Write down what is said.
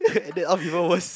and then all fever worse